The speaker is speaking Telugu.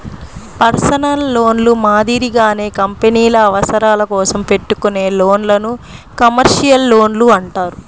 పర్సనల్ లోన్లు మాదిరిగానే కంపెనీల అవసరాల కోసం పెట్టుకునే లోన్లను కమర్షియల్ లోన్లు అంటారు